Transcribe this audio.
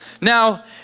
Now